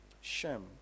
Shem